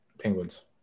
penguins